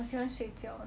我喜欢睡觉 ah